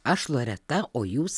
aš loreta o jūs